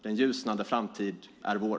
Den ljusnande framtid är vår!